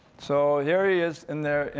so here he is in there,